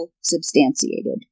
substantiated